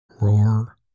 roar